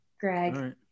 Greg